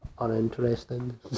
uninteresting